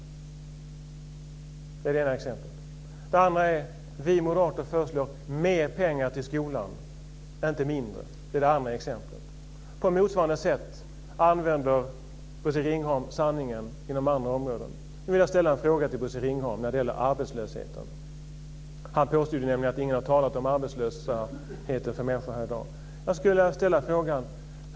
Det är det ena exemplet. Det andra är att vi moderater föreslår mer pengar till skolan, inte mindre. Det är det andra exemplet. På motsvarande sätt använder Bosse Ringholm sanningen inom andra områden. Nu vill jag ställa en fråga till Bosse Ringholm om arbetslösheten. Han påstod nämligen att ingen har talat om arbetslösheten här i dag.